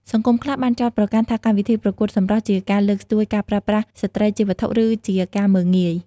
សង្គមខ្លះបានចោទប្រកាន់ថាកម្មវិធីប្រកួតសម្រស់ជាការលើកស្ទួយការប្រើប្រាស់ស្រ្តីជាវត្ថុ ឬជាការមើលងាយ។